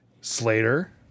Slater